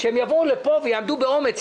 שהם יבואו לפה ויעמדו באומץ,